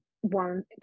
One